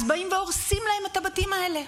אז באים והורסים להם את הבתים האלה.